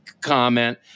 comment